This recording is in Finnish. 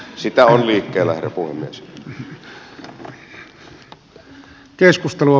sitä on liikkeellä herra puhemies